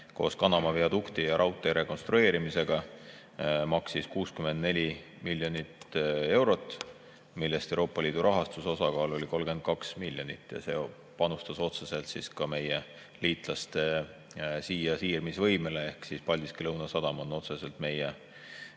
koos Kanama viadukti ja raudtee rekonstrueerimisega maksis 64 miljonit eurot, millest Euroopa Liidu rahastuse osakaal oli 32 miljonit. See panustas otseselt ka meie liitlaste siia siirmise võimele ehk Paldiski Lõunasadam on otseselt meie